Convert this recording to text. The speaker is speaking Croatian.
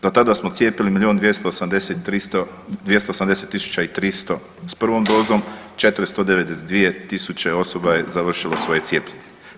Do tada smo cijepili milijun 280 tisuća i 300 s prvom dozom, 492 000 osoba je završilo svoje cijepljenje.